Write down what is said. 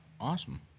Awesome